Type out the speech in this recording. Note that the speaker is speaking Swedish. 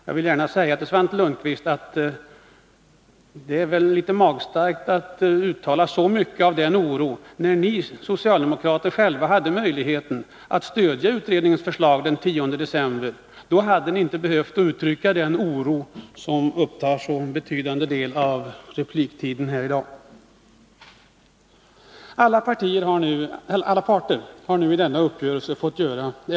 Jag tycker att det är litet magstarkt av Svante Lundkvist att uttala sig om den oron, när ni socialdemokrater själva hade möjlighet att stödja utredningens förslag den 10 december. Då hade ni inte behövt uttrycka denna oro och uppta en så betydande del av repliktiden här i dag. Alla parter har fått vidkännas eftergifter i denna uppgörelse.